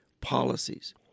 policies